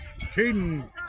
Caden